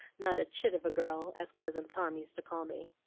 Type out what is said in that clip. not a chit of a girl as cousin tom used to call me.